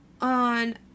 on